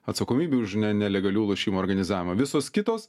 atsakomybę už nelegalių lošimų organizavimą visos kitos